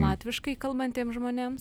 latviškai kalbantiem žmonėms